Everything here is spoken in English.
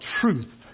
truth